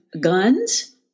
guns